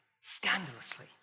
scandalously